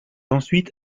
ensuite